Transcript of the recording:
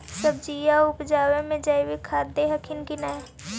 सब्जिया उपजाबे मे जैवीक खाद दे हखिन की नैय?